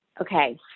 Okay